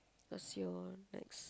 that's your that's